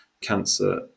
cancer